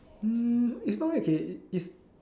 mm is not okay is